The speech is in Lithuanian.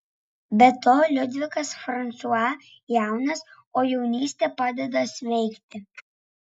be to liudvikas fransua jaunas o jaunystė padeda sveikti